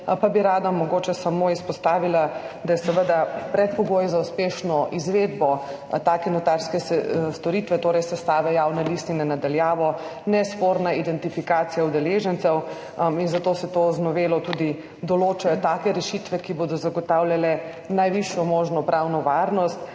pa bi rada mogoče samo izpostavila, da je seveda predpogoj za uspešno izvedbo take notarske storitve, torej sestave javne listine na daljavo, nesporna identifikacija udeležencev in zato se z novelo tudi določajo take rešitve, ki bodo zagotavljale najvišjo možno pravno varnost,